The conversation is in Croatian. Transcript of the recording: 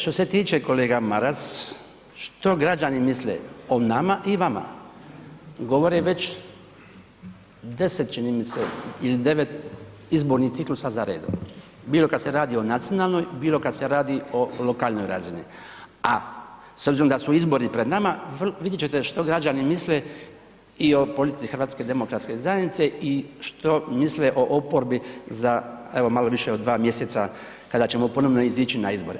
Što se tiče kolega Maras što građani misle o nama i vama govore već 10 čini mi se ili 9 izbornih ciklusa za redom, bilo kad se radi o nacionalnoj, bilo kad se radi o lokalnoj razini, a s obzirom da su izbori pred nama vidjet ćete što građani misle i o politici HDZ-a i što misle o oporbi za malo više od 2 mjeseca kada ćemo ponovno izići na izbore.